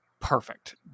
perfect